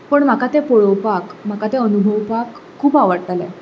पूण म्हाका तें पळोवपाक म्हाका तें अणभवपाक खूब आवडटालें